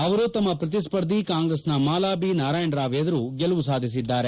ಅವರು ತಮ್ಮ ಪ್ರತಿಸ್ಪರ್ಧಿ ಕಾಂಗ್ರೆಸ್ನ ಮಾಲಾ ಬಿ ನಾರಾಯಣರಾವ್ ಎದುರು ಗೆಲುವು ಸಾಧಿಸಿದ್ಗಾರೆ